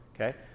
Okay